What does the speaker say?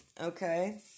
Okay